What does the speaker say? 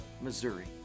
missouri